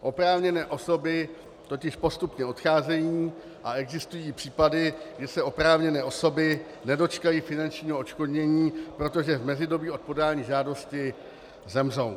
Oprávněné osoby totiž postupně odcházejí a existují případy, kdy se oprávněné osoby nedočkají finančního odškodnění, protože v mezidobí od podání žádosti zemřou.